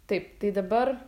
taip tai dabar